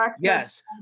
Yes